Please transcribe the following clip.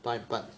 八点半